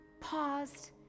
paused